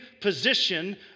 position